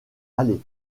aller